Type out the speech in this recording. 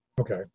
Okay